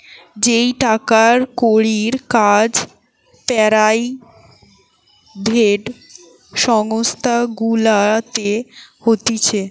যেই টাকার কড়ির কাজ পেরাইভেট সংস্থা গুলাতে হতিছে